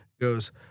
goes